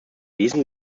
diesem